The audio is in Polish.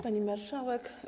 Pani Marszałek!